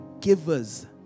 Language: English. giver's